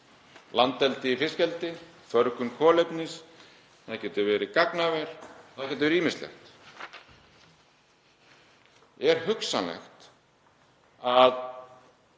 landeldi í fiskeldi, förgun kolefnis, það getur verið gagnaver, það getur verið ýmislegt. Er hugsanlegt að